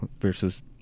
versus